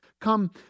come